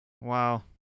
wow